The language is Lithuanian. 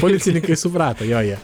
policininkai suprato jo jie